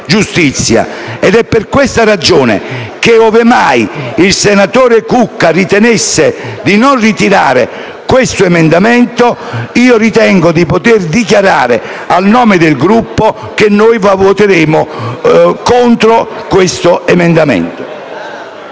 È per questa ragione che, ove mai il senatore Cucca ritenesse di non ritirare l'emendamento 2.303 (testo 2), ritengo di potere dichiarare, a nome del mio Gruppo, che noi voteremo contro questo emendamento.